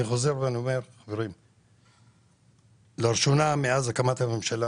אני חוזר ואומר שלראשונה מאז הקמת הממשלה